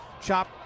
Chop